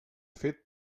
fet